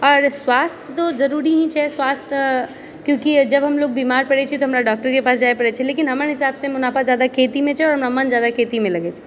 आओर स्वास्थ तऽ जरुरी ही छै स्वास्थ तऽक्युकी जब हमलोग बीमार पड़ै छियै तऽ हमरा डॉक्टरके पास जाए पड़ै छै लेकिन हमर हिसाबसँ मुनाफा जादा खेतीमे छै आओर हमरा मन जादा खेतीमे लगै छै